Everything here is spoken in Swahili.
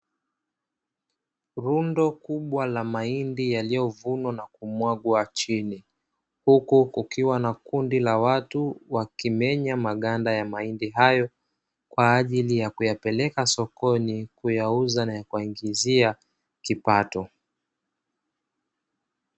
Rundo kubwa la mahindi yaliyovunwa na kumwagwa chini, huku kukiwa na kundi la watu wakimenya maganda ya mahindi hayo kwa ajili ya kuyapeleka sokoni kuyauza na kuwaingizia kipato.